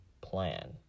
plan